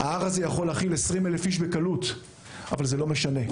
ההר הזה יכול להכיל 20,000 אנשים בקלות אבל זה לא משנה,